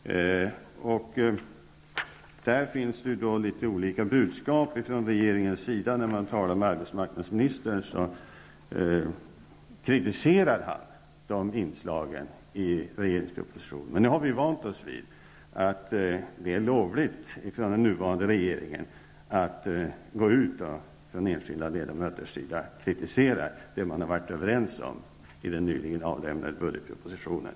Där finns litet olika budskap från regeringens sida. När man talar med arbetsmarknadsministern kritiserar han inslagen i budgetpropositionen. Nu har vi ju vant oss vid att det är lovligt för den nuvarande regeringens enskilda ledamöter att gå ut och kritisera det man har varit överens om i den nyligen avlämnade budgetpropositionen.